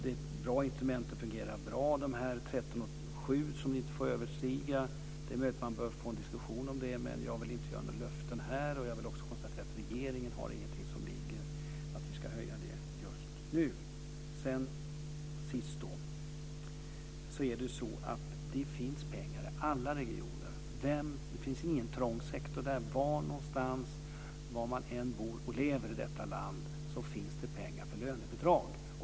Det är ett bra instrument och fungerar bra med de 13 700 kr som det inte får överstiga. Det är möjligt att man bör få en diskussion om det, men jag vill inte ge några löften här. Jag vill konstatera att regeringen inte har någon anledning att säga att vi ska höja det just nu. Sist: Det finns pengar i alla regioner. Det finns ingen trång sektor. Var man än bor och lever i detta land finns det pengar för lönebidrag.